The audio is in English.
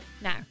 Now